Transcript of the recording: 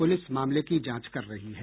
police मामले की जांच कर रही है